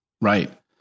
Right